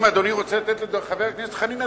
אם אדוני רוצה לתת לחבר הכנסת חנין,